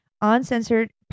uncensored